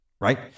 right